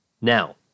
Now